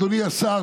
אדוני השר,